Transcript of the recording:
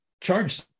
charge